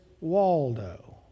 Waldo